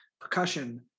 percussion